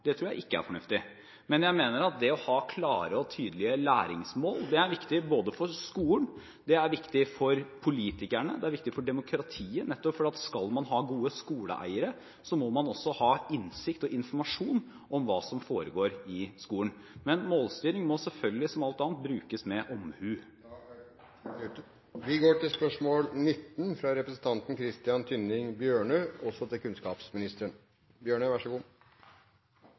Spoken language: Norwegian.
Det tror jeg ikke er fornuftig. Men jeg mener at det å ha klare og tydelige læringsmål er viktig for skolen, det er viktig for politikerne, og det er viktig for demokratiet nettopp fordi at om man skal ha gode skoleeiere, må man også ha innsikt og informasjon om hva som foregår i skolen. Men målstyring må selvfølgelig, som alt annet, brukes med omhu. «Sandefjord kommune har fått mye oppmerksomhet for måten de måler elevene på. Kommunen har innført et vurderingssystem der elevene fra 1. til